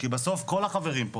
כי בסוף כל החברים פה